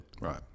Right